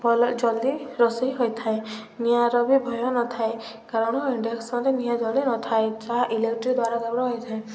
ଭଲ ଜଲ୍ଦି ରୋଷେଇ ହୋଇଥାଏ ନିଆଁର ବି ଭୟ ନଥାଏ କାରଣ ଇଣ୍ଡକ୍ସନ୍ରେ ନିଆଁ ଜଲ୍ଦି ନଥାଏ ଯହା ଇଲେକ୍ଟ୍ରିକ୍ ଦ୍ୱାରା କେବଲ ହୋଇଥାଏ